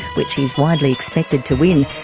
which he's widely expected to win.